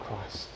Christ